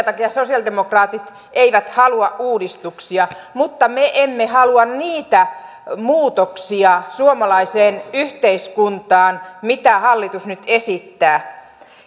takia sosialidemokraatit eivät halua uudistuksia mutta me emme halua niitä muutoksia suomalaiseen yhteiskuntaan mitä hallitus nyt esittää